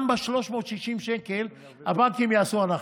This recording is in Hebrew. גם ב-360 שקלים הבנקים יעשו הנחה,